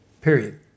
Period